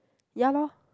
ya lor